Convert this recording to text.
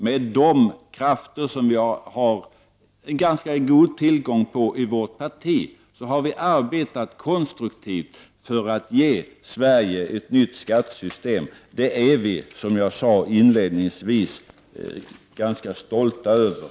Med de krafter som jag har ganska god tillgång på i vårt parti har vi arbetat konstruktivt för att ge Sverige ett nytt skattesystem. Detta är vi, som jag sade inledningsvis, ganska stolta över.